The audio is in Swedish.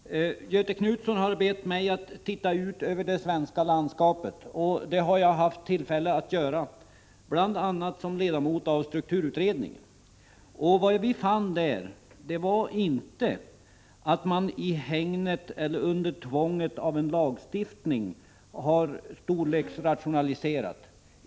Herr talman! Göthe Knutson har bett mig att titta ut över det svenska landskapet. Jag har haft tillfälle att göra det bl.a. som ledamot av strukturutredningen. Vad vi fann där var inte att man i hägnet eller under tvånget av lagstiftningen har storleksrationaliserat.